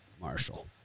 Marshall